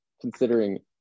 considering